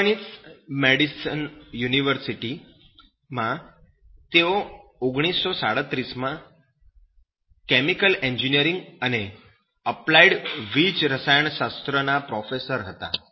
Wisconsin Madison university મા તેઓ 1937 સુધી કેમિકલ એન્જિનિયરિંગ અને અપ્લાઈડ વીજરસાયણશાસ્ત્ર ના પ્રોફેસર હતા